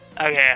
Okay